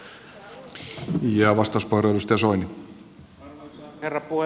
arvoisa herra puhemies